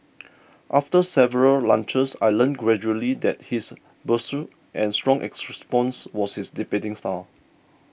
after several lunches I learnt gradually that his brusque and strong was his debating style